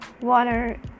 Water